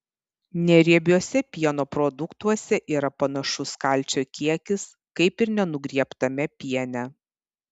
neriebiuose pieno produktuose yra panašus kalcio kiekis kaip ir nenugriebtame piene